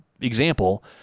example